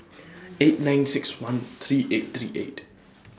eight nine six one three eight three eight